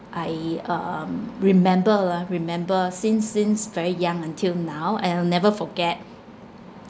I um remember ah remember since since very young until now and I'll never forget